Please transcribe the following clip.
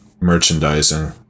merchandising